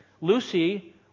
Lucy